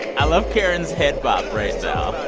i love karen's head bop right now.